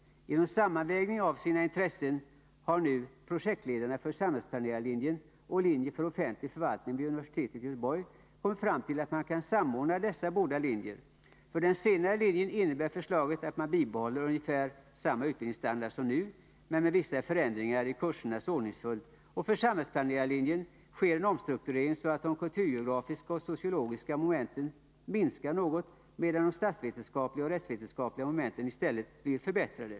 Genom sammanvägning av sina intressen har nu projektledarna för samhällsplanerarlinjen och linjen för offentlig förvaltning vid universitetet i Göteborg kommit fram till att man kan samordna dessa båda linjer. För den senare linjen innebär förslaget att man bibehåller ungefär samma utbildningsstandard som nu men med vissa förändringar i kursernas ordningsföljd, och på samhällsplanerarlinjen sker en omstrukturering så att de kulturgeografiska och sociologiska momenten minskas något, medan de statsvetenskapliga och rättsvetenskapliga momenten i stället förbättras.